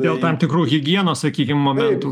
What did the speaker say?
dėl tam tikrų higienos sakykim momentų